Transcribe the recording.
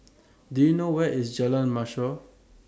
Do YOU know Where IS Jalan Mashhor